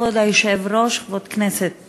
כבוד היושב-ראש, כנסת